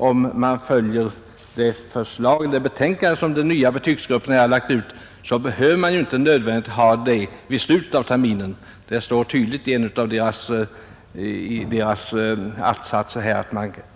Om man följer det förslag som den nya betygsgruppen lagt fram, behöver urvalet nödvändigtvis inte ske vid slutet av terminen. Det står tydligt i en av dess att-satser att